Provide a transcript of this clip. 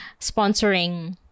sponsoring